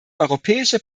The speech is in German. europäische